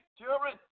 children